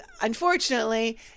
unfortunately